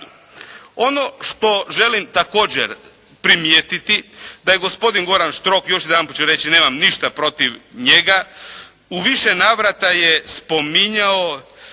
Ono što želim također primijetiti, da je gospodin Goran Štrok, još jedanput ću reći nemam ništa protiv njega, u više navrata je spominjao